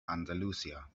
andalusia